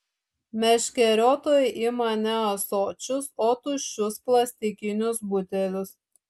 meškeriotojai ima ne ąsočius o tuščius plastikinius butelius